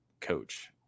coach